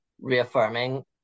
reaffirming